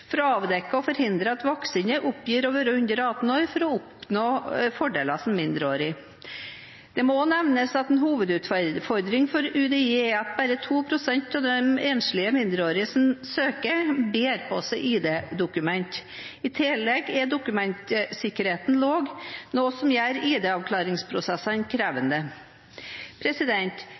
å avdekke og forhindre at voksne oppgir å være under 18 år for å oppnå fordeler som mindreårig. Det må også nevnes at en hovedutfordring for UDI er at bare 2 pst. av de enslige mindreårige asylsøkerne bærer med seg id-dokumenter. I tillegg er dokumentsikkerheten lav, noe som gjør id-avklaringsprosessen krevende.